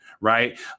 Right